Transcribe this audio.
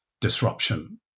disruption